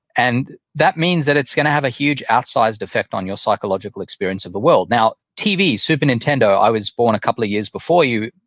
and that means that it's going to have a huge outsized effect on your psychological experience of the world now, tv, super nintendo, i was born a couple of years before you,